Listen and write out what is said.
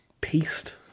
paste